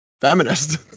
Feminist